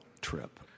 trip